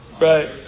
Right